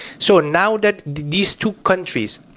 so now that these two countries,